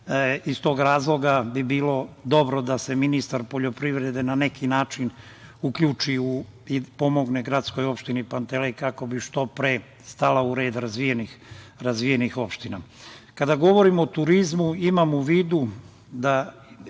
Iz tog razloga bi bilo dobro da se ministar poljoprivrede na neki način uključi u pomogne GO Pantelej kako bi što pre stala u red razvijenih opština. Kada govorimo o turizmu, imamo u vidu